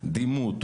דימות,